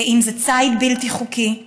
אם זה ציד בלתי חוקי,